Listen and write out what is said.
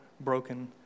broken